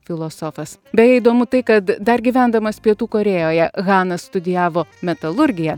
filosofas beje įdomu tai kad dar gyvendamas pietų korėjoje hanas studijavo metalurgiją